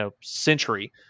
century